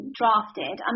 drafted